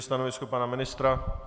Stanovisko pana ministra?